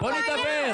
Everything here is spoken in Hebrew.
בואו נדבר.